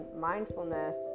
mindfulness